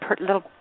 little